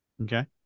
Okay